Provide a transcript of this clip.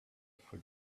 for